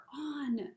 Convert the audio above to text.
on